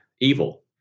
evil